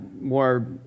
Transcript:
more